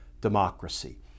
democracy